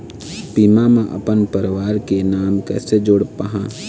बीमा म अपन परवार के नाम कैसे जोड़ पाहां?